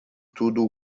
tudo